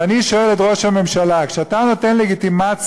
ואני שואל את ראש הממשלה: כשאתה נותן לגיטימציה